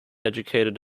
educated